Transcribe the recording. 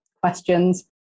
questions